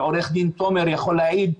ועורך דין תומר יכול להעיד,